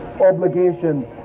obligation